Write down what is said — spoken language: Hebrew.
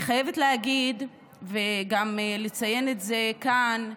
אני חייבת להגיד ולציין את זה כאן: